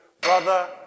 brother